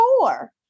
four